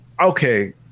okay